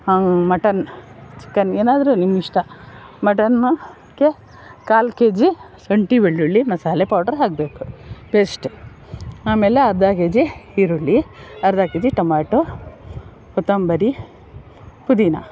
mutton chicken ಏನಾದರೂ ನಿಮ್ಮಿಷ್ಟ mutton ಹಾಕಿ ಕಾಲು ಕೆ ಜಿ ಶುಂಠಿ ಬೆಳ್ಳುಳ್ಳಿ ಮಸಾಲೆ ಪೌಡರ್ ಆಗಬೇಕು ಪೇಸ್ಟ್ ಆಮೇಲೆ ಅರ್ಧ ಕೆ ಜಿ ಈರುಳ್ಳಿ ಅರ್ಧ ಕೆ ಜಿ ಟೊಮ್ಯಾಟೋ ಕೊತ್ತಂಬರಿ ಪುದೀನಾ